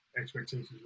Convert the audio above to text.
expectations